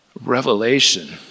revelation